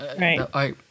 Right